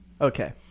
Okay